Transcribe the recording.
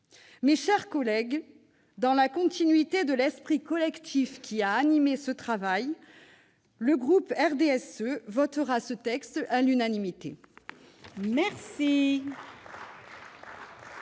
Mes chers collègues, dans la continuité de l'esprit collectif qui a animé ce travail, le groupe du RDSE votera à l'unanimité en